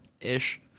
ish